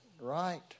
right